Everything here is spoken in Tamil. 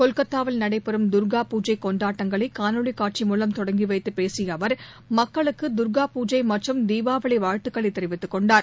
கொல்கத்தாவில் நடைபெறும் துர்கா கொண்டாட்டங்களைகாணொளிகாட்சி மூலம் பூஜை தொடங்கிவைத்துபேசியஅவர் மக்களுக்குதர்கா பூஜை மற்றும் தீபாவளிவாழ்த்துக்களைதெரிவித்துக்கொண்டார்